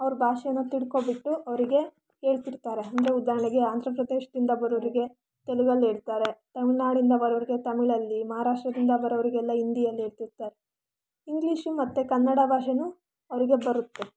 ಅವರು ಭಾಷೆನ ತಿಳ್ಕೊಬಿಟ್ಟು ಅವರಿಗೆ ಹೇಳ್ತಿರ್ತಾರೆ ಅಂದರೆ ಉದಾಹರಣೆಗೆ ಆಂಧ್ರಪ್ರದೇಶದಿಂದ ಬರೋವ್ರಿಗೆ ತೆಲುಗಲ್ಲಿ ಹೇಳ್ತಾರೆ ತಮಿಳುನಾಡಿಂದ ಬರೋವ್ರಿಗೆ ತಮಿಳಲ್ಲಿ ಮಹರಾಷ್ಟ್ರದಿಂದ ಬರೋವ್ರಿಗೆಲ್ಲ ಹಿಂದಿಯಲ್ಲಿ ಹೇಳ್ತಿರ್ತಾರೆ ಇಂಗ್ಲೀಷು ಮತ್ತೆ ಕನ್ನಡ ಭಾಷೆನು ಅವರಿಗೆ ಬರುತ್ತೆ